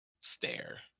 stare